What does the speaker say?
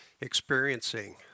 experiencing